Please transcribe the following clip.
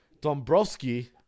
Dombrowski